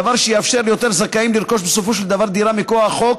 דבר שיאפשר ליותר זכאים לרכוש בסופו של דבר דירה מכוח החוק,